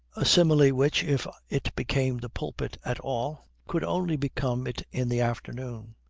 a simile which, if it became the pulpit at all, could only become it in the afternoon.